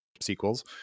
sequels